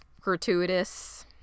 gratuitous